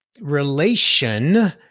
relation